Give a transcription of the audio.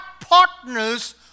partners